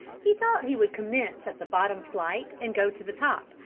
he thought he would commence at the bottom flight and go to the top,